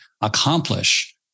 accomplish